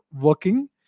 working